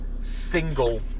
single